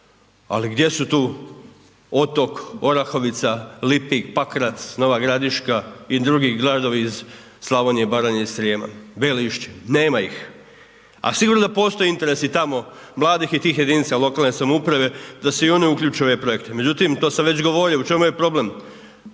Ali gdje su tu Otok, Orahovica, Lipik, Pakrac, Nova Gradiška i drugi gradovi iz Slavonije, Baranje i Srijema, Belišće, nema ih. A sigurno da postoji interes i tamo mladih i tih jedinica lokalne samouprave da se i oni uključe u .../Govornik se ne razumije./... projekte. Međutim, to sam već govorio, u čemu je problem,